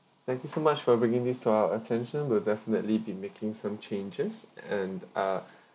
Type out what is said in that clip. thank you so much for bringing this to our attention we'll definitely be making some changes and uh